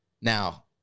Now